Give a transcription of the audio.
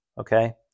okay